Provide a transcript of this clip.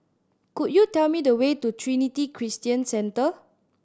could you tell me the way to Trinity Christian Centre